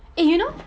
eh you know